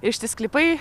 ir šiti sklypai